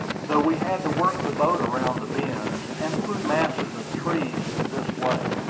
though we had to work the boat around the bends, and through masses of trees in this way,